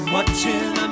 Watching